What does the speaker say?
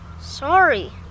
Sorry